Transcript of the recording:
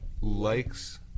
likes